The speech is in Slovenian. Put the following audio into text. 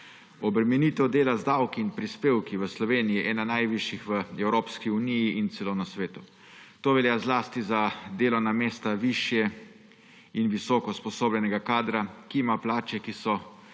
Obremenitev dela z davki in prispevki v Sloveniji je ena najvišjih v Evropski uniji in celo na svetu. To velja zlasti za delovna mesta višje in visoko usposobljenega kadra, ki ima plače, ki so